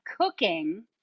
cooking